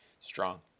Strong